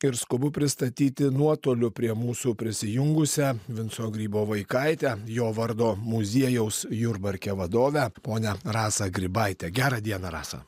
ir skubu pristatyti nuotoliu prie mūsų prisijungusią vinco grybo vaikaitę jo vardo muziejaus jurbarke vadovę ponią rasą grybaitę gerą dieną rasa